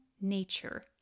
nature